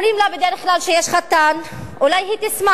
אומרים לה בדרך כלל שיש חתן, אולי היא תשמח,